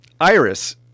Iris